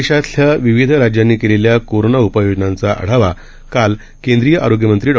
देशातल्या विविध राज्यांनी केलेल्या कोरोना उपाययोजनांचा आढावा आज केंद्रिय आरोग्यमंत्री डॉ